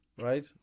right